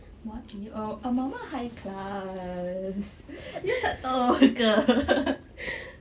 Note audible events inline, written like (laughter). what oh mama high class you tak tahu ke (laughs)